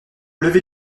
lever